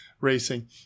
racing